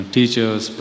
Teachers